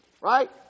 Right